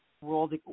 world